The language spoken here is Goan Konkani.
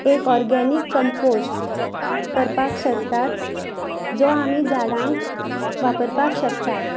एक ऑर्गेनीक कम्पोस्ट करपाक शकतात जो आमी झाडांक वापरपाक शकतात